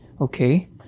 okay